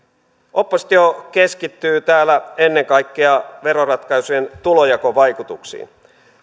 oppositio keskittyy täällä ennen kaikkea veroratkaisujen tulonjakovaikutuksiin